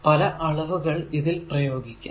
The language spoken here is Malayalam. പല അളവുകൾ ഇതിൽ ഉപയോഗിക്കാം